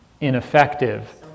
Ineffective